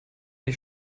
ich